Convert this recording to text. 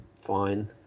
fine